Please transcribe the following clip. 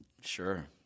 Sure